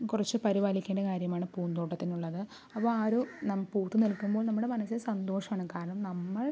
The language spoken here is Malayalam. കുറച്ച് പരിപാലിക്കേണ്ട കാര്യമാണ് പൂന്തോട്ടത്തിനുള്ളത് അപ്പം ആ ഒരു നമ് പൂത്തു നിൽക്കുമ്പോൾ നമ്മുടെ മനസ്സിൽ സന്തോഷമാണ് കാരണം നമ്മൾ